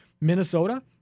Minnesota